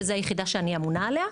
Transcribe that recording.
שזו היחידה שאני אמונה עליה,